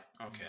Okay